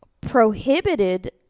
prohibited